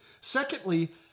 Secondly